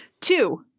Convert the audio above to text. Two